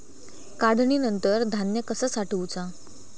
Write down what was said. काढणीनंतर धान्य कसा साठवुचा?